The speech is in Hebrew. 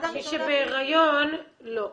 מי שבהריון לא.